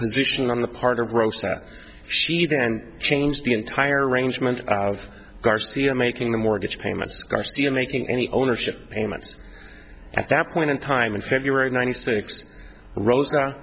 position on the part of gross that she then changed the entire arrangement garcia making the mortgage payments are still making any ownership payments at that point in time in february ninety six rosa